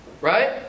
right